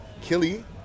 Killy